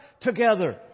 together